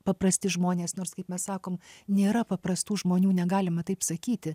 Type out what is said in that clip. paprasti žmonės nors kaip mes sakom nėra paprastų žmonių negalima taip sakyti